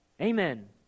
Amen